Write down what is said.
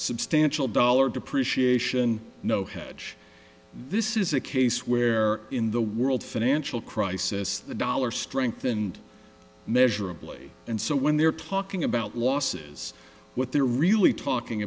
substantial dollar depreciation no hedge this is a case where in the world financial crisis the dollar strengthened measurably and so when they're talking about losses what they're really talking